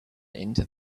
into